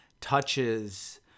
touches